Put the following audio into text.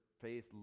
faith